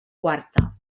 quarta